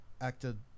acted